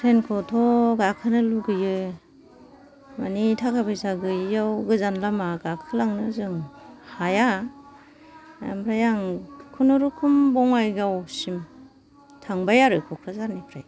ट्रेनखौथ' गाखोनो लुबैयो मानि थाखा फैसा गैयैआव गोजान लामा गाखोलांनो जों हाया ओमफ्राय आं खुनुरुखुम बङाइगावसिम थांबाय आरो क'क्राझारनिफ्राय